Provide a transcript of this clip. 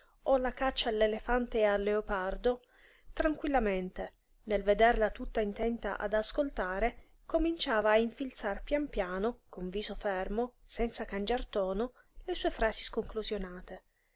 o la caccia all'elefante e al leopardo tranquillamente nel vederla tutta intenta ad ascoltare cominciava a infilzar pian piano con viso fermo senza cangiar tono le sue frasi sconclusionate